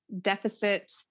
deficit